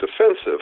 defensive